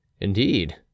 indeed